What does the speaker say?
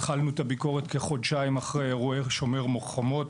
התחלנו את הביקורת כחודשיים אחרי אירועי "שומר החומות",